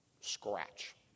scratch